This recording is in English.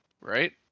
Right